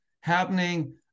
happening